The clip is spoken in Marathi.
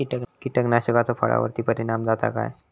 कीटकनाशकाचो फळावर्ती परिणाम जाता काय?